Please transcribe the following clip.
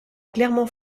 clairement